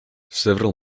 several